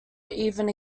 even